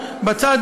אם יש מה לתקן.